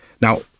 Now